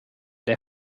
der